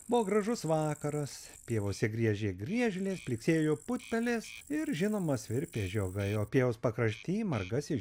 buvo gražus vakaras pievose griežė griežlės blyksėjo putpelės ir žinoma svirpė žiogai o pievos pakrašty margasis